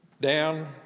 down